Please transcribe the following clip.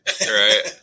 right